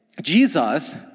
Jesus